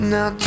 Now